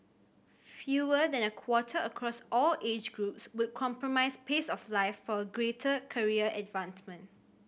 fewer than a quarter across all age groups would compromise pace of life for greater career advancement